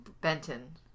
Benton